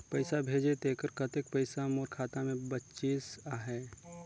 पइसा भेजे तेकर कतेक पइसा मोर खाता मे बाचिस आहाय?